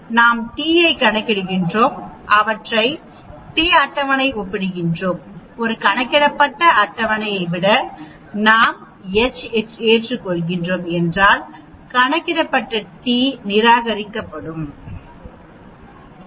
நாம் t ஐ கணக்கிடுகிறோம் அவற்றை tஅட்டவணை ஒப்பிடுகிறோம் t கணக்கிடப்பட்ட அட்டவணையை விட நாம் H ஏற்றுக்கொள்கிறோம் என்றால் கணக்கிடப்பட்ட t H நிராகரிக்கும் அட்டவணையை விட பெரியது